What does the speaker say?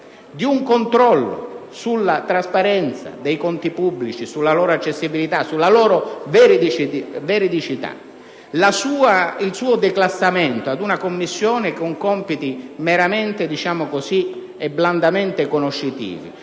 di un controllo sulla trasparenza dei conti pubblici, sulla loro accessibilità e veridicità è stata declassata a Commissione con compiti meramente e blandamente conoscitivi.